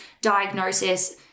diagnosis